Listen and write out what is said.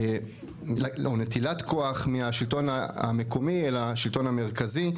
הנושא של נטילת כוח מהשלטון המקומי אל השלטון המרכזי,